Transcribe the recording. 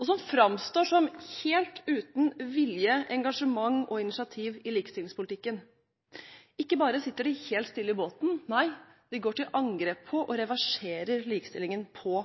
og som framstår som helt uten vilje, engasjement og initiativ i likestillingspolitikken. Ikke bare sitter de helt stille i båten, de går også til angrep på og reverserer likestillingen på